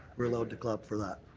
we're allowed to clap for that.